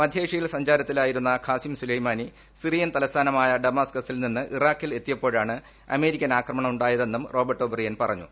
മധ്യേഷയിൽ സഞ്ചാരത്തിലായിരുന്ന Qasem Soleimani Syrian തലസ്ഥാനമായ ഡമാസ്കസിൽ നിന്ന് ഇറാഖിൽ എത്തിയപ്പോഴാണ് അമേരിക്കൻ ആക്രമണം ഉണ്ടായതെന്നും റോബർട്ട് ഒബ്രിയൻ പറഞ്ഞു